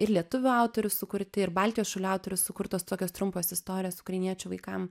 ir lietuvių autorių sukurti ir baltijos šalių autorių sukurtos tokios trumpos istorijos ukrainiečių vaikam